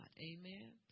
Amen